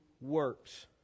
works